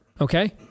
Okay